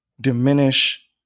diminish